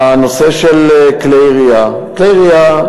הנושא של כלי ירייה: כלי ירייה,